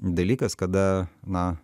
dalykas kada na